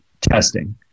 testing